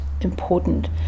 important